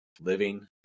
living